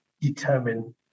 determine